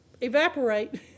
evaporate